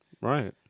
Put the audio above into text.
Right